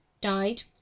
died